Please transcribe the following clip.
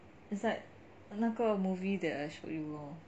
it's like 那个 movie that I showed you lor